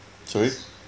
sorry who